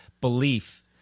belief